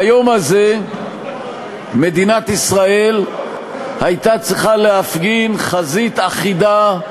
ביום הזה מדינת ישראל הייתה צריכה להפגין חזית אחידה,